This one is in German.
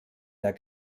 der